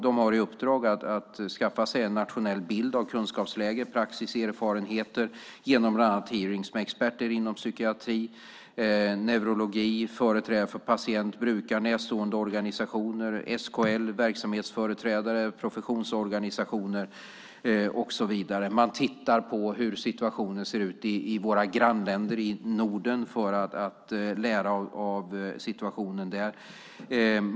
De har i uppdrag att skaffa sig en nationell bild av kunskapsläge, praxis och erfarenheter genom bland annat hearingar med experter inom psykiatri och neurologi och företrädare för patient-, brukar och närståendeorganisationer, SKL, verksamhetsföreträdare, professionsorganisationer och så vidare. Man tittar på hur situationen ser ut i våra grannländer i Norden för att lära av situationen där.